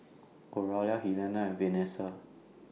Oralia Helena and Venessa